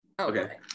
okay